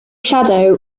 shadow